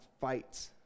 fights